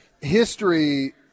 history